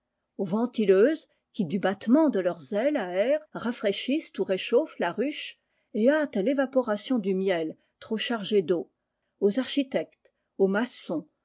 ventileuses qui du battement de leurs ailes aèrent rafraîchissent ou réchauffent la ruche et hâtent l'évaporation du miel trop chargé d eau aux architectes aux maçons